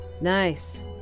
Nice